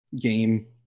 game